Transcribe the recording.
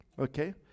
Okay